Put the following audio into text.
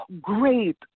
great